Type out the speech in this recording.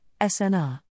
SNR